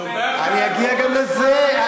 אני אגיע גם לזה.